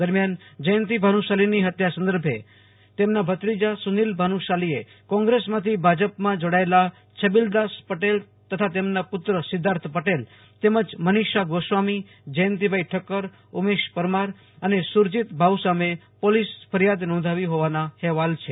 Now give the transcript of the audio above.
દરમિયાન જયંતિ ભાનુશાલીની હત્યા સંદર્ભે તેમના ભત્રીજા સુનીલ ભાનુશાલીએ કોંગ્રેસમાંથી ભાજપમાં જોડાયેલા છબીલદાસ પટેલ તથા તેમના પુત્ર સિધ્ધાર્થ પટેલ તેમજ મનિષા ગોસ્વામી જ્યંતિભાઈ ઠક્કર ઉમેશ પરમાર અને સુરજિત ભાઉ સામે પોલીસ ફરિયાદ નોંધાવી હોવાના અહેવાલ છે